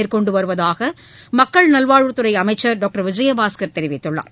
மேற்கொண்டு வருவதாக மக்கள் நல்வாழ்வுத் துறை அமைச்சர் டாக்டர் விஜயபாஸ்கர் தெரிவித்துள்ளார்